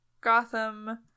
Gotham